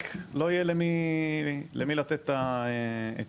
אבל לא יהיה למי לתת את זה.